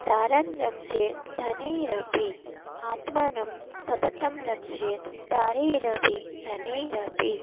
दारान् रक्षेत् धनैरपि आत्मानं सततं रक्षेत् दारैरपि धनैरपि